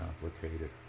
complicated